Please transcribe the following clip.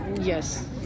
yes